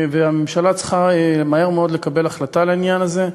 והממשלה צריכה מהר מאוד לקבל החלטה על העניין הזה.